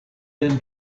then